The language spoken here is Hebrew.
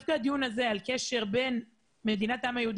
מחלקה שלמה בקליניקה פרטית ששייכת לאזרחי קטאר ניתנה ליהודים,